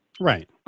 Right